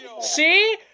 See